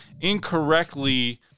incorrectly